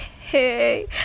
hey